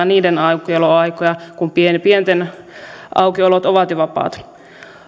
niiden aukioloaikoja kun pienten aukiolot ovat jo vapaat